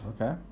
Okay